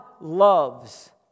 loves